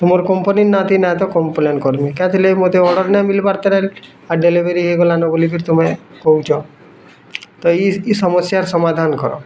ତୁମର କମ୍ପାନୀ ନାଁ ତି ନାଁ ତ କପ୍ଲେନ୍ କରିବି କାଥି ଲାଗି ମୋତେ ଅର୍ଡ଼ର୍ ନାଇଁ ମିଲ୍ବାର୍ ଆଉ ଡେଲିଭରି ହେଇଗଲାନ ବୋଲିକରି ତୁମେ କହୁଛ ତ ଇ ଇ ସମସ୍ୟା ର ସମାଧାନ କର